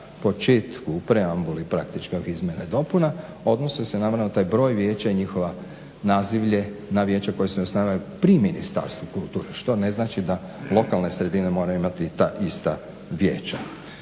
početku u preambuli praktično izmjena i dopuna odnose se naravno na taj broj vijeća i njihova nazivlje, na vijeća koja se …/Govornik se ne razumije./… pri Ministarstvu kulture. Što ne znači da lokalne sredine moraju imati ta ista vijeća.